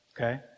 Okay